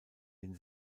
den